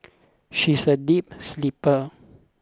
she is a deep sleeper